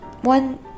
one